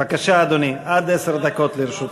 בבקשה, אדוני, עד עשר דקות לרשותך.